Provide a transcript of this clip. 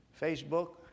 facebook